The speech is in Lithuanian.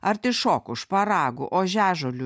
artišokų šparagų ožiažolių